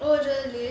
oh really